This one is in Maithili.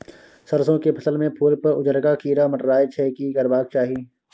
सरसो के फसल में फूल पर उजरका कीरा मंडराय छै की करबाक चाही?